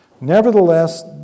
Nevertheless